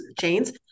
chains